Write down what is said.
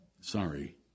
Sorry